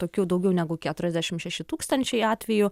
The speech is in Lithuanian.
tokių daugiau negu keturiasdešimt šeši tūkstančiai atvejų